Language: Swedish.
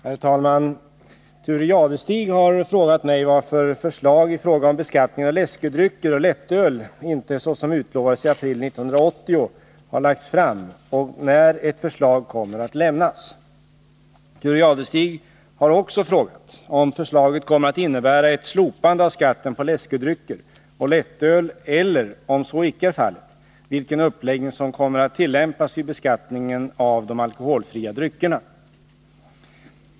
Herr talman! Thure Jadestig har frågat mig varför förslag i fråga om beskattningen av läskedrycker och lättöl inte, såsom utlovades i april 1980, har lagts fram och när ett förslag kommer att lämnas. Thure Jadestig har också frågat om förslaget kommer att innebära ett slopande av skatten på läskedrycker och lättöl eller, om så icke är fallet, vilken uppläggning som kommer att tillämpas vid beskattningen av de alkoholfria dryckerna.